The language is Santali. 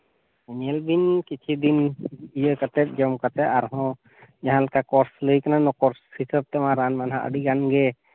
ᱧᱮᱞ ᱵᱤᱱ ᱠᱤᱪᱷᱩ ᱫᱤᱱ ᱤᱭᱟᱹ ᱠᱟᱛᱮ ᱡᱚᱢ ᱠᱟᱛᱮ ᱟᱨᱦᱚᱸ ᱡᱟᱦᱟᱸ ᱞᱮᱠᱟ ᱠᱳᱨᱥ ᱞᱟᱹᱭ ᱠᱟᱱᱟ ᱠᱳᱨᱥ ᱦᱤᱥᱟᱹᱵᱽ ᱛᱮᱢᱟ ᱨᱟᱱ ᱫᱚ ᱦᱟᱸᱜ ᱟᱹᱰᱤᱜᱟᱱ ᱜᱮ